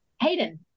hayden